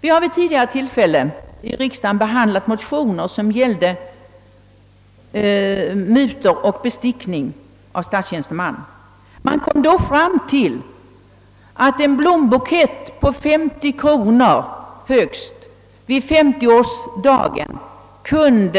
Vi har vid tidigare tillfällen i riksdagen behandlat motioner som gällt mutor och bestickning av statstjänsteman. Vi kom då fram till att en blombukett för högst 50 kronor exempelvis på en femtioårsdag till